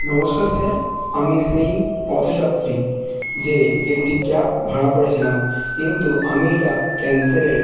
নমস্কার স্যার আমি সেই পথযাত্রী যে একটি ক্যাব ভাড়া করেছিলাম কিন্তু আমি এটা ক্যানসেলের